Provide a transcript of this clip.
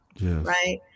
right